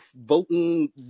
voting